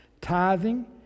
Tithing